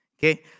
Okay